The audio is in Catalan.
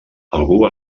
algú